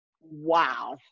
Wow